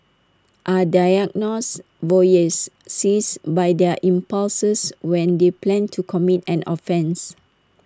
are diagnosed voyeurs seized by their impulses when they plan to commit and offence